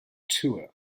tour